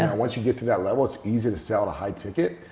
and once you get to that level it's easy to sell to high ticket.